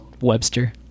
Webster